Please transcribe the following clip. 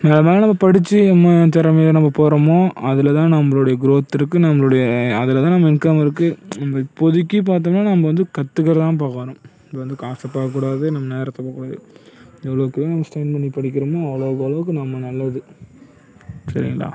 என்ன நம்ம படிச்சு நம்ம திறமையாக நம்ம போறோமோ அதில்தான் நம்பளுடைய க்ரோத் இருக்குது நம்மளுடைய அதில்தான் நம்ம இன்கம் இருக்குது இப்போதிக்கி பாத்தோன்னா நம்ப வந்து கற்ருக்கதான் பார்க்கணும் இங்கே வந்து காசு பார்க்க கூடாது நம்ம நேரத்தை பார்க்கக்கூடாது எவ்வளோக்கு எவ்வளோ நம்ம ஸ்டெயின் பண்ணி படிக்கிறோமோ அவ்வளோக்கு அவ்வளோக்கு நம்ம நல்லது சரிங்களா